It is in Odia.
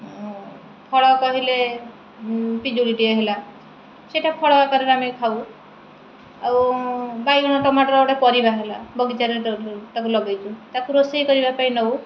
ଫଳ କହିଲେ ପିଜୁଳିଟିଏ ହେଲା ସେଇଟା ଫଳ ଆକାରରେ ଆମେ ଖାଉ ଆଉ ବାଇଗଣ ଟମାଟର ଗୋଟିଏ ପରିବା ହେଲା ବଗିଚାରେ ତାକୁ ଲଗାଇଛୁ ତାକୁ ରୋଷେଇ କରିବା ପାଇଁ ନେଉ